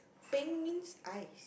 peng means ice